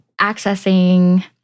accessing